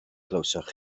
glywsoch